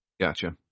Gotcha